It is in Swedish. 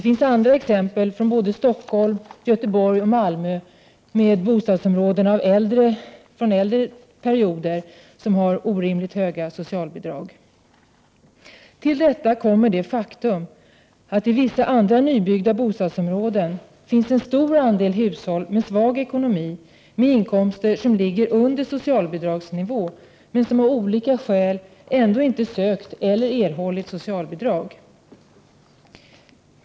I Stockholm, Göteborg och Malmö finns det exempel på äldre bostadsområden, där hushållen har orimligt höga socialbidragskostnader. Till detta kommer det faktum att det i vissa nybyggda bostadsområden finns en stor andel hushåll som har svag ekonomi — inkomsterna ligger under socialbidragsnivån — men som av olika skäl ändå inte har ansökt om eller erhållit socialbidrag.